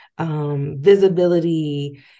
Visibility